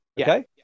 Okay